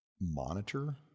monitor